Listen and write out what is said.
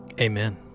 amen